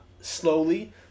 slowly